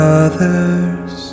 others